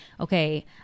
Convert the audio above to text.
okay